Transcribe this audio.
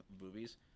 movies